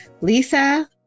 Lisa